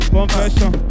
Confession